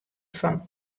fan